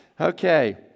Okay